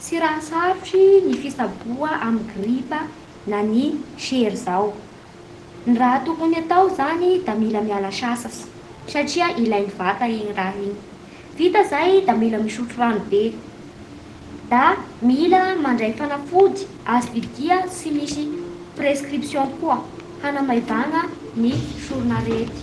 Tsy raha sarosty ny fitsaboa amin'ny gripa na amin'ny sery zao, ny raga to, kony hatao zany da mila miala sasatsy satria ilan'ny vata igny raha igny. Vita zay da mila misotro rano be, da mila mandray fanafody azo vidia tsy misy prescription koa hanamezana ny soron'arety.